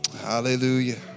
Hallelujah